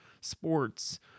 sports